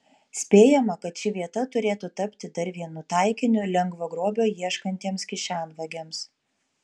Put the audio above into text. spėjama kad ši vieta turėtų tapti dar vienu taikiniu lengvo grobio ieškantiems kišenvagiams